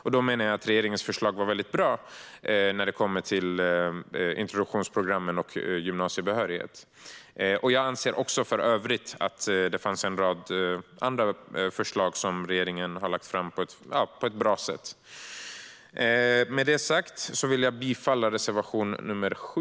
Jag menar att regeringens förslag var bra i fråga om introduktionsprogrammen och gymnasiebehörighet. Jag anser också att det finns en rad andra förslag som regeringen har lagt fram som är bra. Jag yrkar bifall till reservation nr 7.